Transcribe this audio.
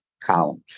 columns